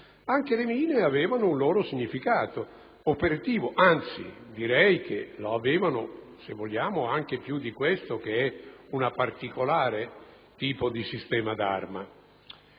Anche le mine avevano un loro significato operativo, anzi direi che ne avevano uno anche maggiore di questo, che è un particolare tipo di sistema d'arma,